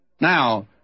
Now